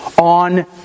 on